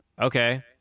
Okay